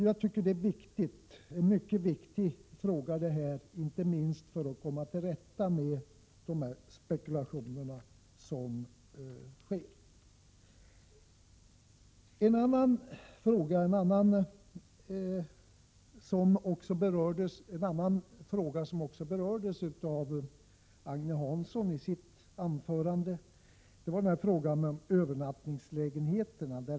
Jag tycker att detta är en mycket viktig fråga, inte minst för att komma till rätta med de spekulationer som sker. En annan fråga, som också berördes av Agne Hansson i hans anförande, gäller övernattningslägenheterna.